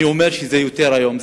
אני אומר שהיום זה יותר.